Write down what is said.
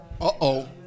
Uh-oh